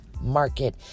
market